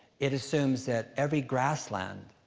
it assumes that every grassland